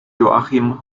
joachim